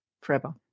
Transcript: forever